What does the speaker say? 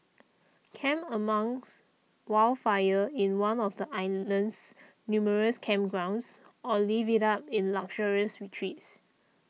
camp amongst wildlife in one of the island's numerous campgrounds or live it up in luxurious retreats